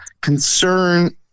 concern